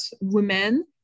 women